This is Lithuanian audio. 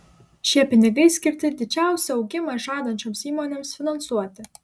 šie pinigai skirti didžiausią augimą žadančioms įmonėms finansuoti